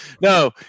No